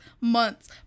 months